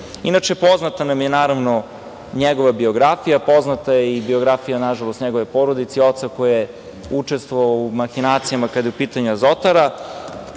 poznata nam je, naravno, njegova biografija. Poznata je i biografija, nažalost, njegove porodice i oca koji je učestvovao u mahinacijama kada je u pitanju „Azotara“.